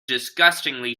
disgustingly